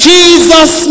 Jesus